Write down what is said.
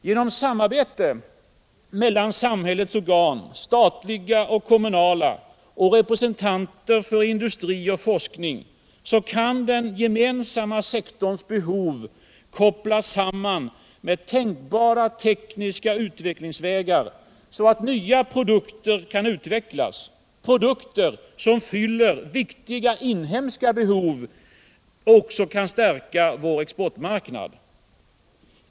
Genom samarbete mellan samhällets organ — statliga och kommunala — och representanter för industri och forskning kan den offentliga sektorns behov kopplas samman med tänkbara tekniska utvecklingsvägar så att nya produkter kan utvecklas — produkter som både fyller viktiga inhemska behov och kan stärka vår exportmarknad.